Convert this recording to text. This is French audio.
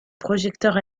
projecteurs